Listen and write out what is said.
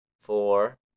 Four